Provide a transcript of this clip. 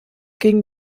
gegen